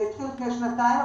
זה התחיל לפני כשנתיים,